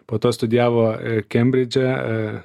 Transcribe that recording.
po to studijavo kembridže